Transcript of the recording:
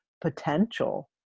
potential